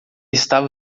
estava